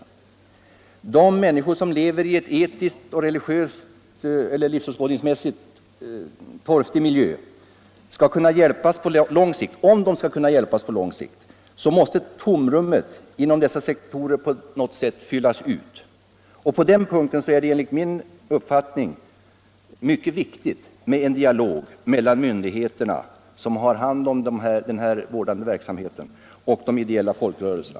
Om de människor som lever i en etiskt eller livsåskådningsmässigt torftig miljö skall kunna hjälpas på lång sikt måste tomrummet på något sätt fyllas ut. På den punkten är det enligt min uppfattning mycket viktigt med en dialog mellan de myndigheter som har hand om den vårdande verksamheten och de ideella folkrörelserna.